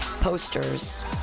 posters